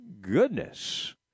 goodness